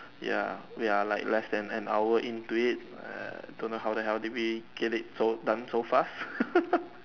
ya ya like less than an hour into it err don't know how the hell did we get it so done so fast